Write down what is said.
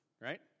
right